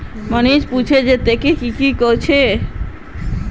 मोहनीश पूछले जे की तोक वित्तीय इंजीनियरिंगेर बार पता छोक